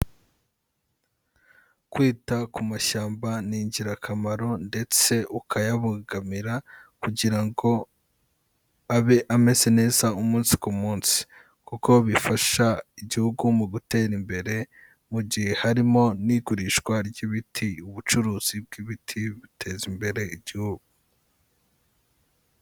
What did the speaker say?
Kwita ku mashyamba ni ingirakamaro ndetse ukayabogamira kugira ngo abe ameze neza umunsi ku munsi kuko bifasha igihugu mu gutera imbere mu gihe harimo n'igurishwa ry'ibiti, ubucuruzi bw'ibiti buteza imbere igihugu.